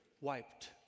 wiped